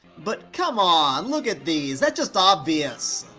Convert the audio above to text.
but come on, look at these! that's just obvious!